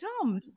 Tom